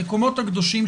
המקומות הקדושים,